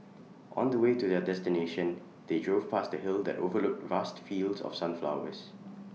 on the way to their destination they drove past A hill that overlooked vast fields of sunflowers